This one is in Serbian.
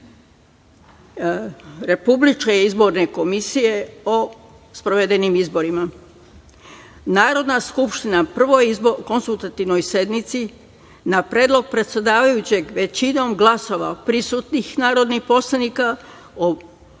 Republičke izborne komisije o sprovedenim izborima. Narodna skupština, na Prvoj (konstitutivnoj) sednici, na predlog predsedavajućeg, većinom glasova prisutnih narodnih poslanika, obrazuje